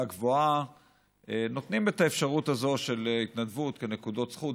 גבוהה נותנים את האפשרות הזאת של התנדבות כנקודות זכות.